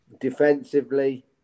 defensively